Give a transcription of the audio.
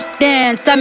dance